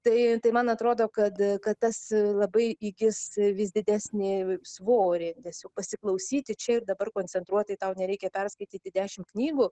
tai tai man atrodo kad kad tas labai įgis vis didesnį svorį nes juk pasiklausyti čia ir dabar koncentruotai tau nereikia perskaityti dešimt knygų